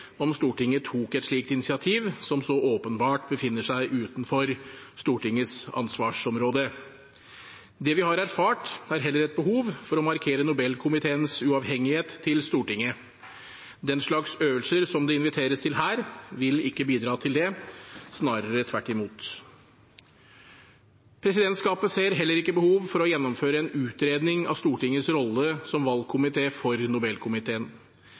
om Stortinget tok et slikt initiativ, som så åpenbart befinner seg utenfor Stortingets ansvarsområde. Det vi har erfart, er heller et behov for å markere Nobelkomiteens uavhengighet av Stortinget. Den slags øvelser som det inviteres til her, vil ikke bidra til det – snarere tvert imot. Presidentskapet ser heller ikke behov for å gjennomføre en utredning av Stortingets rolle som valgkomité for Nobelkomiteen.